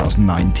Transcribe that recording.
2019